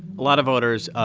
lot of voters,